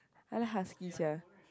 I like Husky sia